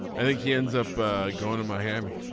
i think he ends up going to my hammy